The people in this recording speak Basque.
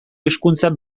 hizkuntzak